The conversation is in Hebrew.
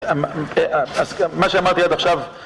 מה שאמרתי עד עכשיו...